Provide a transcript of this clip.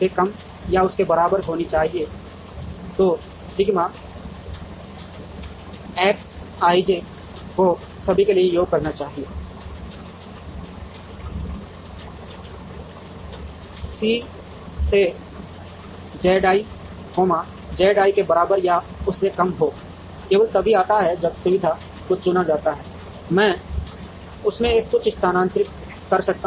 से कम या उसके बराबर होना चाहिए तो सिग्मा X ij को सभी के लिए योग करना चाहिए C i से Z i Z i के बराबर या उससे कम हो केवल तभी आता है जब सुविधा को चुना जाता है मैं उसमें से कुछ स्थानांतरित कर सकता हूं